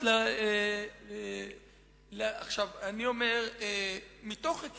אמור לייצג